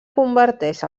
converteix